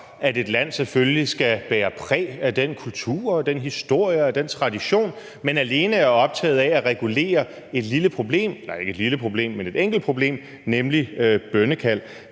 at et land selvfølgelig skal bære præg af sin kultur, sin historie og sin tradition, men alene er optaget af at regulere et enkelt problem, nemlig bønnekald.